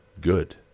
good